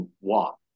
Walk